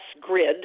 grid